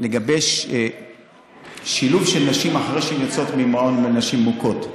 לגבי שילוב של נשים אחרי שהן יוצאות ממעון לנשים מוכות.